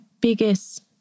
biggest